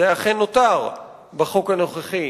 זה אכן נותר בחוק הנוכחי,